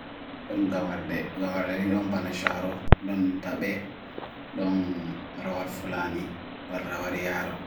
gawar dhe, gawar dhe dhi nom bane sharo, don tabe, don rawar fulani, don rawariaro.